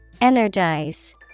Energize